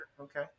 Okay